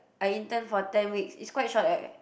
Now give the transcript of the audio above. I intern for ten weeks it's quite short eh